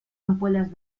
ampolles